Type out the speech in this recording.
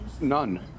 None